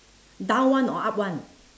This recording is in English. down [one] or up [one]